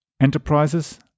enterprises